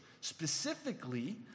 specifically